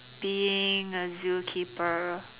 being a zoo keeper